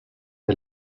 est